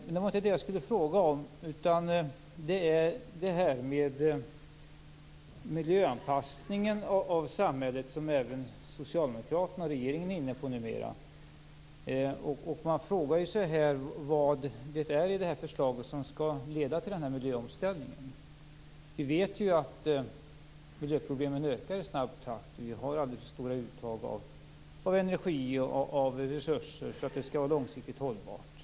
Men det var inte det jag skulle fråga om, utan det var om miljöanpassningen av samhället. Det är ju även Socialdemokraterna och regeringen inne på numera. Man kan fråga sig vad det är i det här förslaget som skall leda till en miljöomställning. Vi vet ju att miljöproblemen ökar i snabb takt. Vi har alldeles för stora uttag av energi och resurser för att det skall vara långsiktigt hållbart.